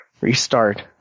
restart